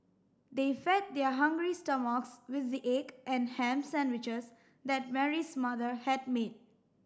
they fed their hungry stomachs with the egg and ham sandwiches that Mary's mother had made